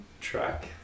track